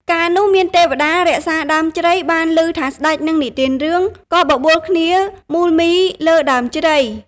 កាលនោះ មានទេវតារក្សាដើមជ្រៃបានឮថាស្តេចនឹងនិទានរឿង ក៏បបួលគ្នាមូលមីរលើដើមជ្រៃ។